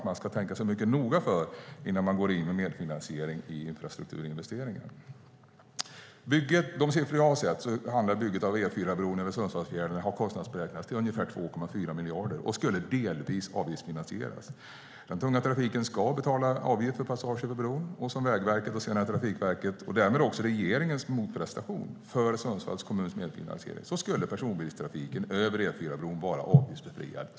Man ska tänka sig noga för innan man går in och medfinansierar i infrastrukturinvesteringar. Enligt de siffror jag har sett har bygget av E4-bron över Sundsvallsfjärden kostnadsberäknats till ungefär 2,4 miljarder och skulle delvis avgiftsfinansieras. Den tunga trafiken ska betala avgift för passage över bron, och som Vägverkets, Trafikverkets och därmed också regeringens motprestation för Sundsvalls kommuns medfinansiering skulle personbilstrafiken över E4-bron vara avgiftsbefriad.